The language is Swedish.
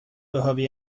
behöver